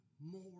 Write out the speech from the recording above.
more